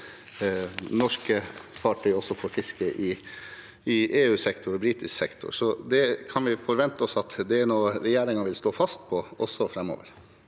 norske fartøyer også får fiske i EU-sektor og britisk sektor. Kan vi forvente oss at det er noe regjeringen vil stå fast ved, også framover?